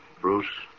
Bruce